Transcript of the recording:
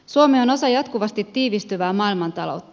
suomi on osa jatkuvasti tiivistyvää maailmantaloutta